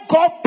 God